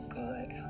good